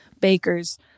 bakers